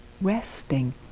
resting